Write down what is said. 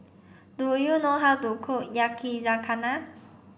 do you know how to cook Yakizakana